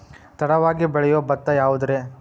ತಡವಾಗಿ ಬೆಳಿಯೊ ಭತ್ತ ಯಾವುದ್ರೇ?